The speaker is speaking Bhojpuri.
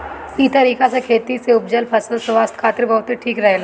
इ तरीका से खेती से उपजल फसल स्वास्थ्य खातिर बहुते ठीक रहेला